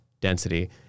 density